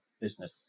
business